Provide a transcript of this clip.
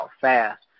fast